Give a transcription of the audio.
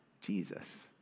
Jesus